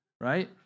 right